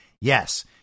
Yes